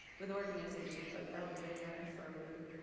with organizations like eldrimner and slow food.